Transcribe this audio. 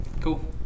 Cool